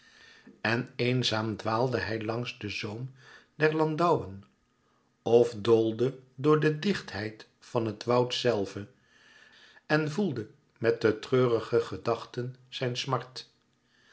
en eenzaam dwaalde hij langs den zoom der landouwen of doolde door de dichtheid van het woud zelve en voedde met de treurige gedachten zijn smart